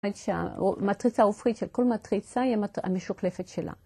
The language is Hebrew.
‫המטריצה האופקית של כל מטריצה ‫היא המשוכלפת שלה.